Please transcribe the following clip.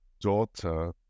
daughter